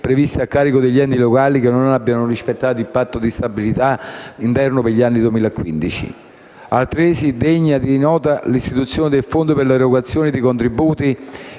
previste a carico degli enti locali che non hanno rispettato il Patto di stabilità interno per il 2015. È altresì degna di nota l'istituzione del Fondo per l'erogazione di contributi